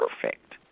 perfect